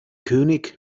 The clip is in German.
könig